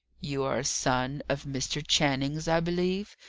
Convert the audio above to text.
you are a son of mr. channing's, i believe,